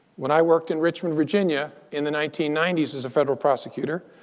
when i worked in richmond, virginia in the nineteen ninety s as a federal prosecutor,